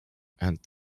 and